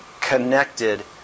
connected